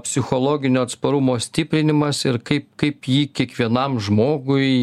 psichologinio atsparumo stiprinimas ir kaip kaip jį kiekvienam žmogui